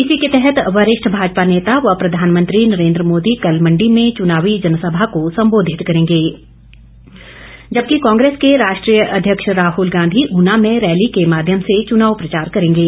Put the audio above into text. इसी के तहत वरिष्ठ भाजपा नेता व प्रधानमंत्री नरेन्द्र मोदी कल मण्डी में चुनावी जनसभा को सम्बोधित करेंगे जबकि कांग्रेस के राष्ट्रीय अध्यक्ष राहुल गांधी ऊना में रैली के माध्यम से चुनाव प्रचार करेंगे